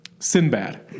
Sinbad